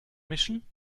mischen